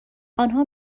آنها